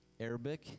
arabic